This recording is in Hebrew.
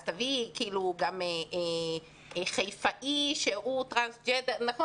אז תביאי גם חיפאי שהוא טרנסג'נדר נכון